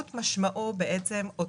עוד תדירות,